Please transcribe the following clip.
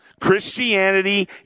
Christianity